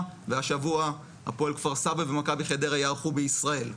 והשבוע הפועל כפר סבא ומכבי חדרה יארחו בישראל.